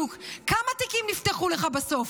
כמה תיקים בדיוק נפתחו לך בסוף?